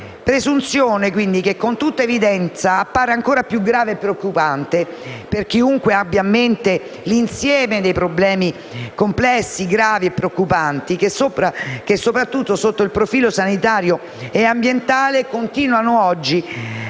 presunzione che, con tutta evidenza, appare ancora più grave e preoccupante per chiunque abbia a mente l'insieme dei problemi complessi, gravi e preoccupanti che, soprattutto sotto il profilo sanitario e ambientale, continuano oggi